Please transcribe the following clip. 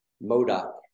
Modoc